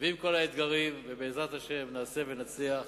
ועם כל האתגרים, ובעזרת השם נעשה ונצליח.